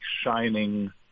shining